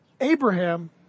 Abraham